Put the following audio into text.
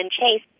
Chase